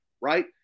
right